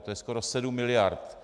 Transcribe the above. To je skoro 7 miliard.